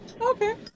okay